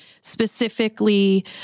specifically